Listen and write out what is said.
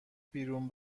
بیرون